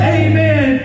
amen